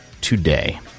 today